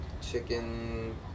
Chicken